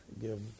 give